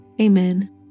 Amen